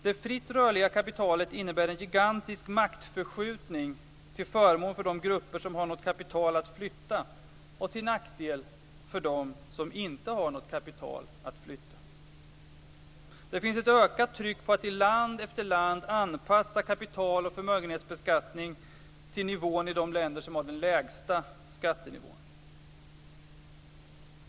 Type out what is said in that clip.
Det fritt rörliga kapitalet innebär en gigantisk maktförskjutning till förmån för de grupper som har något kapital att flytta och till nackdel för dem som inte har något kapital att flytta. Det finns ett ökat tryck på att i land efter land anpassa kapital och förmögenhetsbeskattning till nivån i de länder som har den lägsta skattenivån.